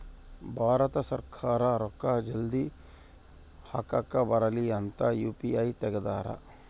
ಭಾರತ ಸರ್ಕಾರ ರೂಕ್ಕ ಜಲ್ದೀ ಹಾಕಕ್ ಬರಲಿ ಅಂತ ಯು.ಪಿ.ಐ ತೆಗ್ದಾರ